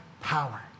power